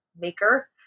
maker